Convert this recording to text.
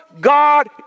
God